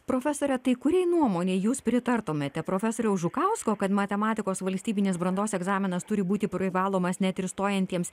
profesore tai kuriai nuomonei jūs pritartumėte profesoriaus žukausko kad matematikos valstybinis brandos egzaminas turi būti privalomas net ir stojantiems